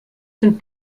sind